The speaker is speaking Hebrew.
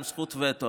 עם זכות וטו.